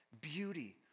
beauty